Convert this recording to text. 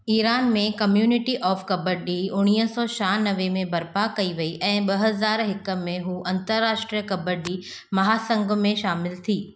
Iran में community of kabaddi उणीअ सौ शाहनवे में बर्पा कई वई ऐं ॿ हज़ार हिकु में उहो अंतर्राष्ट्रीय कॿडी महासंघ में शामिलु थी